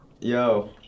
Yo